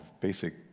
basic